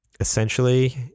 Essentially